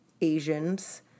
Asians